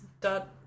dot